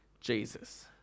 Jesus